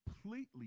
completely